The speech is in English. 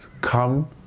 Come